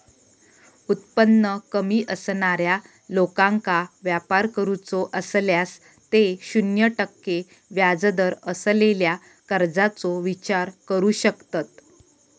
उत्पन्न कमी असणाऱ्या लोकांका व्यापार करूचो असल्यास ते शून्य टक्के व्याजदर असलेल्या कर्जाचो विचार करू शकतत